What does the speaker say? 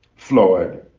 floyd